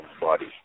body